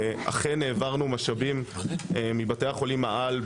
אכן העברנו משאבים מבתי החולים העל,